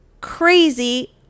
crazy